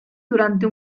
durante